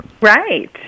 Right